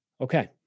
Okay